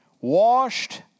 Washed